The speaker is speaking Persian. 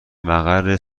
مقر